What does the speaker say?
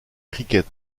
cricket